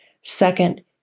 Second